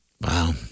Wow